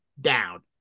down